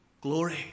Glory